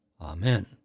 Amen